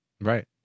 Right